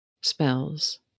spells